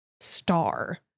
star